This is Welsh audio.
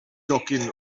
docyn